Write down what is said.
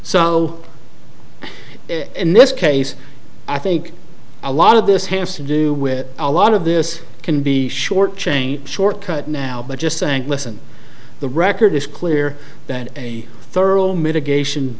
so in this case i think a lot of this hands to do with a lot of this can be short changed short cut now but just saying listen the record is clear that a thorough mitigation